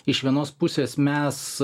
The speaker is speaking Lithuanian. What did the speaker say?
iš vienos pusės mes